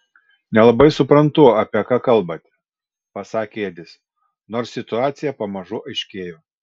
nelabai suprantu apie ką kalbate pasakė edis nors situacija pamažu aiškėjo